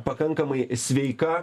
pakankamai sveika